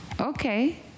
Okay